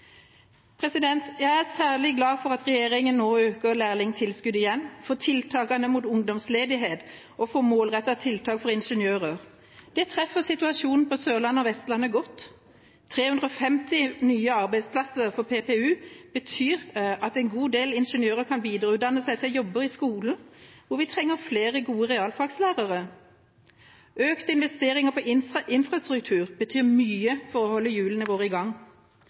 Jeg er særlig glad for at regjeringa nå øker lærlingtilskuddet igjen, for tiltakene mot ungdomsledighet og for målrettede tiltak for ingeniører. Det treffer situasjonen på Sørlandet og Vestlandet godt. 350 nye arbeidsplasser for PPU betyr at en god del ingeniører kan videreutdanne seg til jobber i skolen, hvor vi trenger flere gode realfagslærere. Økte investeringer i infrastruktur betyr mye for å holde hjulene i gang.